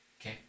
Okay